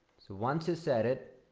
so once you set it